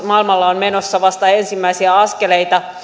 maailmalla on menossa vasta ensimmäisiä askeleitaan